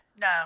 no